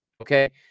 Okay